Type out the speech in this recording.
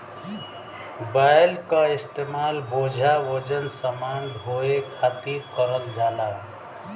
बैल क इस्तेमाल बोझा वजन समान ढोये खातिर करल जाला